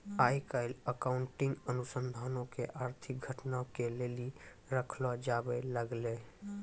आइ काल्हि अकाउंटिंग अनुसन्धानो के आर्थिक घटना के लेली रखलो जाबै लागलै